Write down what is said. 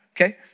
Okay